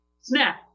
snap